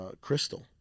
crystal